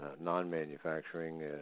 non-manufacturing